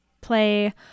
play